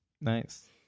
Nice